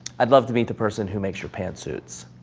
i'd love to meet the person who makes your pants suits.